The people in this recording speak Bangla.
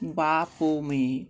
বাপ ও মেয়ে